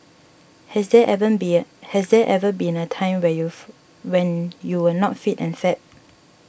has there ever been has there ever been a time when you when you were not fit and fab